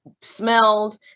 Smelled